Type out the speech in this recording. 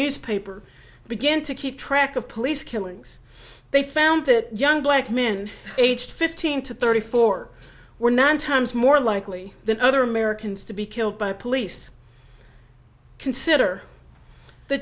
newspaper began to keep track of police killings they found that young black men aged fifteen to thirty four were nine times more likely than other americans to be killed by police consider the